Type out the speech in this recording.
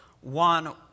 one